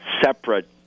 separate